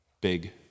big